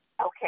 Okay